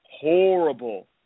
horrible